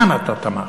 מה מטרת המהפכה.